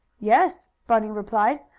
yes, bunny replied.